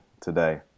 today